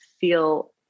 feel